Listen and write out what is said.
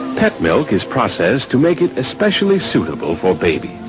pet milk is processed to make it especially suitable for babies.